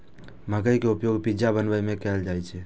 मकइ के उपयोग पिज्जा बनाबै मे कैल जाइ छै